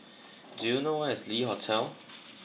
do you know where is Le Hotel